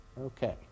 Okay